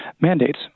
mandates